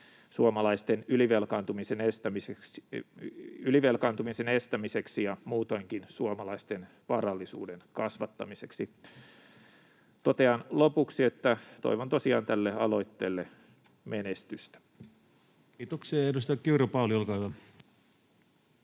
suomalaisten ylivelkaantumisen estämiseksi ja muutoinkin suomalaisten varallisuuden kasvattamiseksi. Totean lopuksi, että toivon tosiaan tälle aloitteelle menestystä. Kiitoksia. — Ja edustaja Kiuru, Pauli, olkaa hyvä.